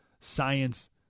science